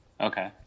Okay